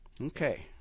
Okay